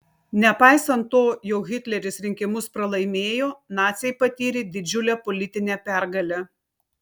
nepaisant to jog hitleris rinkimus pralaimėjo naciai patyrė didžiulę politinę pergalę